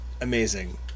amazing